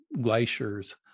glaciers